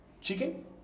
chicken